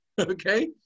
Okay